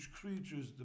creatures